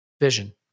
vision